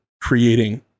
creating